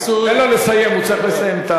תן לו לסיים, הוא צריך לסיים.